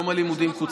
לא.